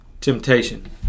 temptation